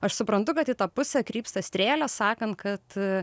aš suprantu kad į tą pusę krypsta strėlės sakant kad